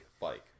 bike